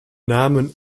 namen